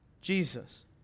Jesus